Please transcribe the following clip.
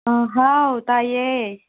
ꯑꯥ ꯍꯥꯎ ꯇꯥꯏꯑꯦ